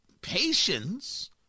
patience